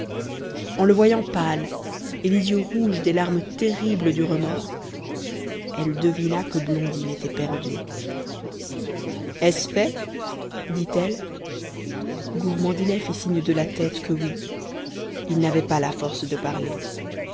en le voyant pâle et les yeux rouges des larmes terribles du remords elle devina que blondine était perdue est-ce fait dit-elle gourmandinet fit signe de la tête que oui il n'avait pas la force de parler